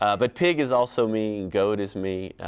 ah but pig is also me and goat is me.